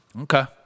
Okay